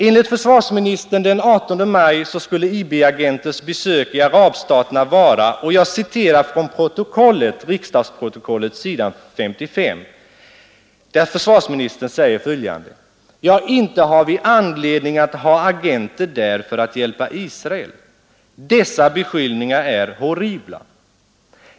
Enligt försvarsministern den 18 maj skulle syftet med IB-agenters besök i arabstaterna vara — och jag citerar från riksdagsprotokollet s. 51: ”Ja, inte har vi anledning att ha agenter där för att hjälpa Israel. Dessa beskyllningar är horribla.